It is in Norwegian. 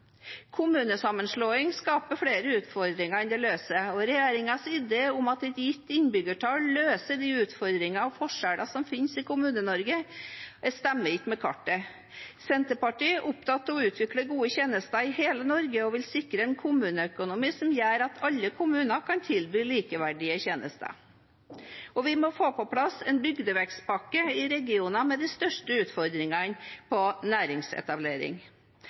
Kommunesammenslåing skaper flere utfordringer enn det løser, og regjeringens idé om at et gitt innbyggertall løser de utfordringer og forskjeller som finnes i Kommune-Norge, stemmer ikke med kartet. Senterpartiet er opptatt av å utvikle gode tjenester i hele Norge og vil sikre en kommuneøkonomi som gjør at alle kommuner kan tilby likeverdige tjenester. Vi må få på plass en bygdevekstpakke i regioner med de største utfordringene på næringsetablering.